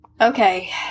Okay